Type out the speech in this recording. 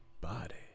body